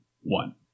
one